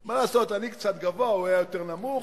מה לעשות, אני קצת גבוה, הוא היה יותר נמוך,